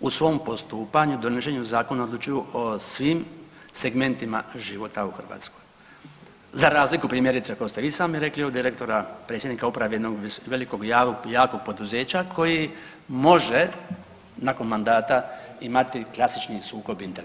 u svom postupanju, donošenju zakona odlučuju o svim segmentima života u Hrvatskoj za razliku primjerice od kako ste svi sam rekli od direktora, predsjednika uprave jednog velikog jakog poduzeća koji može nakon mandata imati klasični sukob interesa.